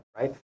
right